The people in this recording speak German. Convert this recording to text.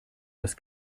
das